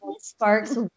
Sparks